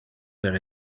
per